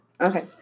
Okay